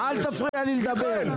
--- אל תפריע לי לדבר.